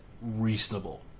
reasonable